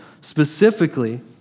specifically